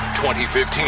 2015